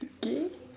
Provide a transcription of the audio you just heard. okay